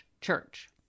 church